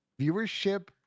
viewership